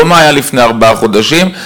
לא מה היה לפני ארבעה חודשים.